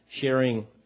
sharing